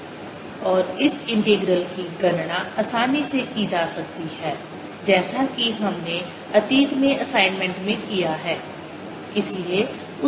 और इस इंटीग्रल की गणना आसानी से की जा सकती है जैसा कि हमने अतीत में असाइनमेंट में किया है